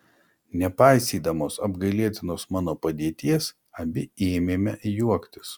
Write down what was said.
nepaisydamos apgailėtinos mano padėties abi ėmėme juoktis